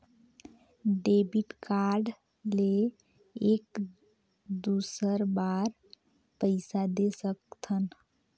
Debit card ले एक दुसर बार पइसा दे सकथन?